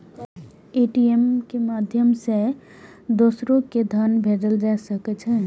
ATM के माध्यम सं दोसरो कें धन भेजल जा सकै छै